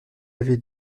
avez